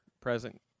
present